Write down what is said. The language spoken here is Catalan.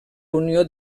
unió